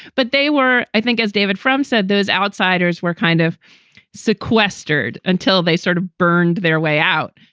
but they were i think, as david frum said, those outsiders were kind of sequestered until they sort of burned their way out.